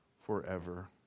Forever